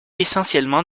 essentiellement